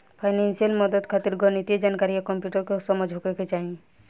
financial मदद खातिर गणितीय जानकारी आ कंप्यूटर के समझ होखे के चाही